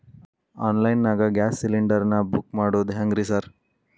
Online ನಾಗ gas cylinder ನಾ book ಮಾಡೋದ್ ಹೆಂಗ್ರಿ ಸಾರ್?